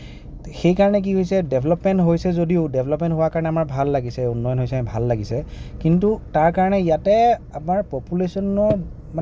সেইকাৰণে কি হৈছে ডেভেলপমেণ্ট হৈছে যদিও ডেভেলপমেণ্ট হোৱাৰ কাৰণে আমাৰ ভাল লাগিছে উন্নয়ণ হৈছে ভাল লাগিছে কিন্তু তাৰ কাৰণে ইয়াতে আমাৰ পপুলেশ্যণৰ